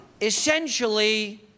essentially